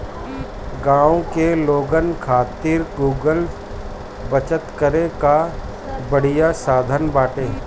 गांव के लोगन खातिर गुल्लक बचत करे कअ बढ़िया साधन बाटे